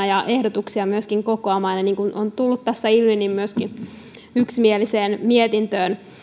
ja myöskin ehdotuksia tällaiseen kokonaisuuteen ja niin kuin tässä on tullut ilmi myöskin yksimieliseen mietintöön